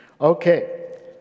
Okay